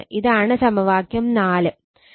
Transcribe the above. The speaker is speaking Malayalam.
ഇതാണ് സമവാക്യം 4